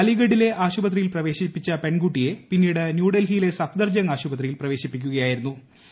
അലിഗർഹിലെ ആശുപത്രിയിൽ പ്രവേശിപ്പിച്ച പെൺകുട്ടിയെ പിന്നീട് സ്ട്രൽഹിയിലെ സഫ്ദർജംഗ് ആശുപത്രിയിൽ പ്രവേശിപ്പിക്കുകയായിരൂന്നു